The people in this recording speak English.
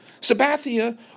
Sabathia